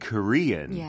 Korean